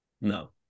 No